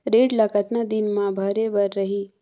ऋण ला कतना दिन मा भरे बर रही?